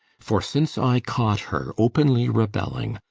for since i caught her openly rebelling,